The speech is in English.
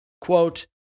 quote